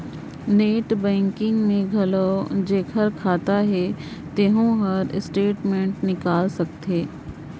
net banking में घलो जेखर खाता हे तेहू हर स्टेटमेंट निकाल सकथे